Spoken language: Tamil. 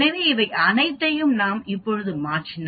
எனவே இவை அனைத்தையும் நாம் இப்போது மாற்றினால் 5